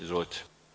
Izvolite.